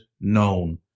known